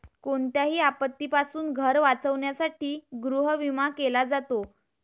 कोणत्याही आपत्तीपासून घर वाचवण्यासाठी गृहविमा केला जातो